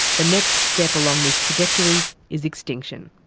the next step along this trajectory is extinction.